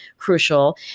crucial